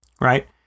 Right